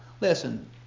Listen